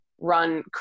run –